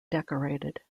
decorated